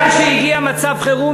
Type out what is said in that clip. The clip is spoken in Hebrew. עליזה בראשי,